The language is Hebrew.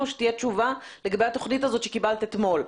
שתהיה תשובה לגבי התוכנית הזאת שקיבלת אתמול?